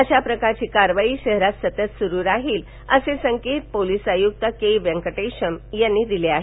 अशा प्रकारची कारवाई शहरात सतत सुरू राहील असे संकेत पोलीस आय़क्त के व्यंकटेशम यांनी दिले आहेत